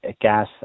gas